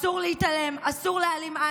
אסור להתעלם, אסור להעלים עין,